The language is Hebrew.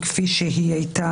5 מיליון.